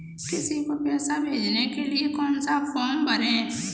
किसी को पैसे भेजने के लिए कौन सा फॉर्म भरें?